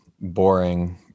boring